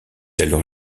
alors